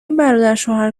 برادرشوهر